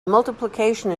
multiplication